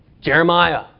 Jeremiah